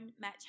match